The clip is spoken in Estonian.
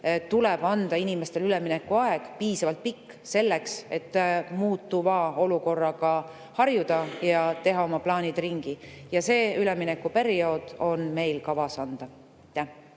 tuleb anda inimestele piisavalt pikk üleminekuaeg selleks, et muutuva olukorraga harjuda ja teha oma plaanid ringi. Ja see üleminekuperiood on meil kavas anda.